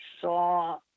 saw